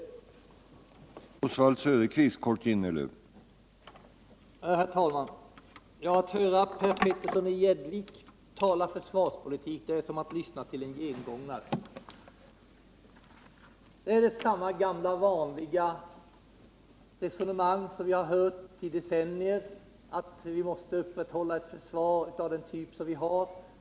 Försvarspolitiken,